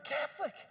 catholic